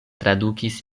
tradukis